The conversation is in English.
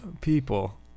People